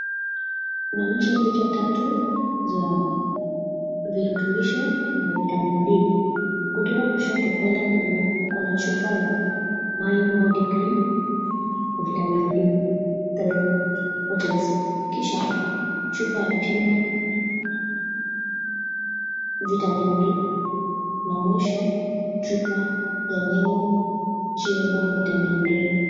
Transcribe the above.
Maonyesho picha tatu ya virutubisho za vitamin D. Kutoka kushoto kwenda kulia, kuna chupa ya Mindbodygreen Vitamin D3 potency. Kisha chupa ya pure Vitamin D, na mwisho chupa ya New chewable vitamin D3.